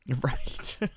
Right